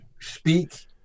speak